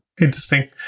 Interesting